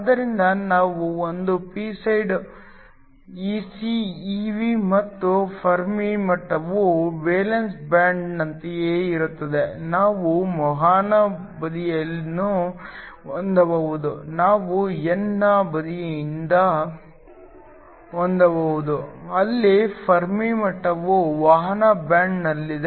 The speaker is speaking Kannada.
ಆದ್ದರಿಂದ ನಾವು ಒಂದು ಪಿ ಸೈಡ್ Ec Ev ಮತ್ತು ಫೆರ್ಮಿ ಮಟ್ಟವು ವೇಲೆನ್ಸ್ ಬ್ಯಾಂಡ್ನಂತೆಯೇ ಇರುತ್ತದೆ ನಾವು ವಹನ ಬದಿಯನ್ನು ಹೊಂದಬಹುದು ನಾವು n ನ ಬದಿಯನ್ನು ಹೊಂದಬಹುದು ಅಲ್ಲಿ ಫೆರ್ಮಿ ಮಟ್ಟವು ವಹನ ಬ್ಯಾಂಡ್ನಲ್ಲಿದೆ